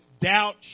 doubt